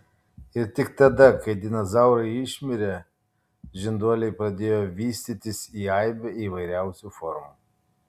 ir tik tada kai dinozaurai išmirė žinduoliai pradėjo vystytis į aibę įvairiausių formų